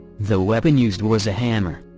the weapon used was a hammer.